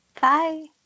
Bye